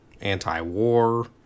anti-war